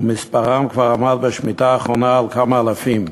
ומספרם כבר עמד בשמיטה האחרונה על כמה אלפים.